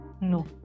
No